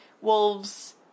Wolves